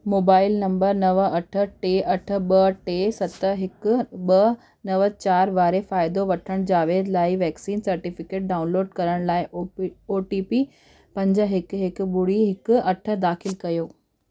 mobile number नव अठ टे अठ ॿ टे सत हिकु ॿ नव चारि वारे फ़ाइदो वठणु जावेद लाइ वैक्सीन सर्टिफिकेट डाउनलोड करण लाइ ओ ओ टी पी पंज हिकु हिकु ॿुड़ी हिकु अठ दाख़िल कयो